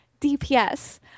DPS